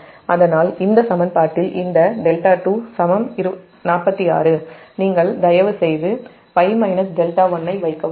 அதனால்இந்த சமன்பாட்டில் 46 இந்த δ2 சமம் நீங்கள் தயவுசெய்து π δ1 ஐ வைக்கவும்